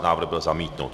Návrh byl zamítnut.